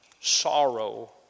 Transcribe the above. sorrow